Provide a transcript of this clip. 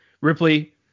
Ripley